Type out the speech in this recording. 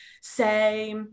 say